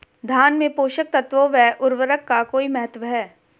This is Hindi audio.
धान में पोषक तत्वों व उर्वरक का कोई महत्व है?